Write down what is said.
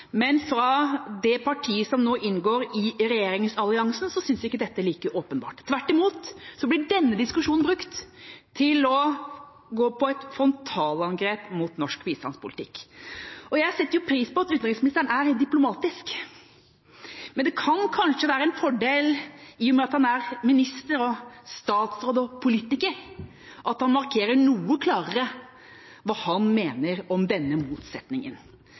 men fra det partiet som nå inngår i regjeringsalliansen, synes ikke dette like åpenbart. Tvert imot blir denne diskusjonen brukt til å gå til frontalangrep på norsk bistandspolitikk. Jeg setter pris på at utenriksministeren er diplomatisk, men det kan kanskje være en fordel – i og med at han er minister, statsråd, og politiker – at han markerer noe klarere hva han mener om denne motsetningen.